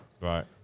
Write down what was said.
Right